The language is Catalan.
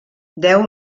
deu